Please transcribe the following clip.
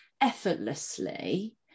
effortlessly